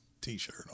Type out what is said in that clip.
t-shirt